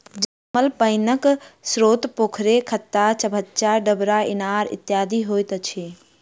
जमल पाइनक स्रोत पोखैर, खत्ता, चभच्चा, डबरा, इनार इत्यादि होइत अछि